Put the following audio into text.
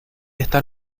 estar